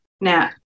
Now